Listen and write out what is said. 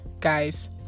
guys